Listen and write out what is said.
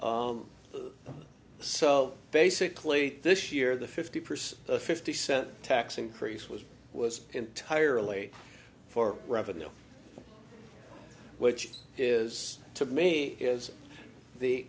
so so basically this year the fifty percent a fifty cent tax increase was was entirely for revenue which is to me is the